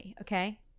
okay